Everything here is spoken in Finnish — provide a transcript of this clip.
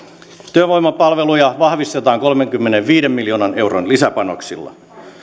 työvoimapalveluja vahvistetaan kolmenkymmenenviiden miljoonan euron lisäpanoksilla